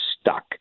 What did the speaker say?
stuck